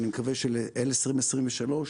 אני מקווה שאל 2023,